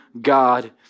God